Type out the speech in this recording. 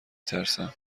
ترسم